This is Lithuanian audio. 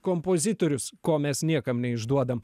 kompozitorius ko mes niekam neišduodam